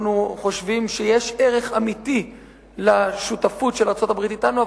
אנחנו חושבים שיש ערך אמיתי לשותפות של ארצות-הברית אתנו,